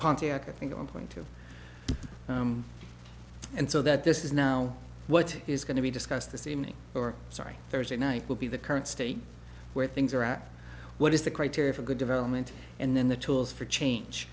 pontiac i think your point of and so that this is now what is going to be discussed this evening or sorry thursday night will be the current state where things are at what is the criteria for good development and then the tools for change